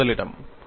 அது முதலிடம்